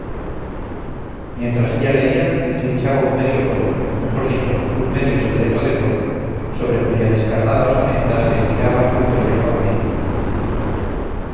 mientras ella leía él trinchaba un medio pollo mejor dicho un medio esqueleto de pollo sobre cuya descarnada osamenta se estiraba un pellejo amarillo